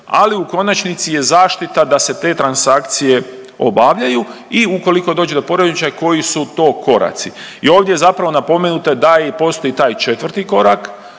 ali u konačnici je zaštita da se te transakcije obavljaju i ukoliko dođe do poremećaja koji su to koraci. I ovdje je zapravo napomenuto da i postoji taj četvrti korak,